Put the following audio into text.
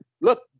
Look